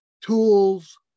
tools